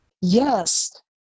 Yes